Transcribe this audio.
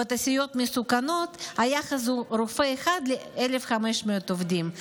בתעשיות מסוכנות היחס הוא רופא אחד ל-1,500 עובדים.